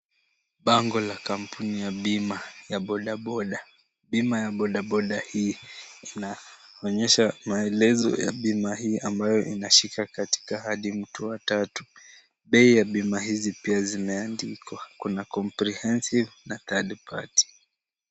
Bango la kampuni ya bima ya boda boda, bima ya boda boda hii inaonyesha maelezo ya bima hii ambayo inashika katika hadi mtu wa tatu bei ya bima hizi pia zimeandikwa kuna comprehensive na third party .